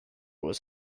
was